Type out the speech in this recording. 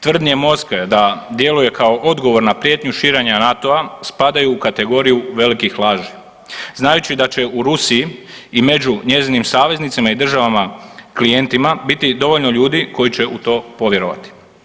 Tvrdnje Moskve da djeluje kao odgovor na prijetnju širenja NATO-a, spadaju u kategoriju velikih lažu, znajući da će u Rusiji i među njezinim saveznicima i državama klijentima biti dovoljno ljudi koji će u to povjerovati.